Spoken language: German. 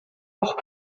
auch